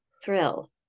thrill